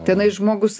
tenai žmogus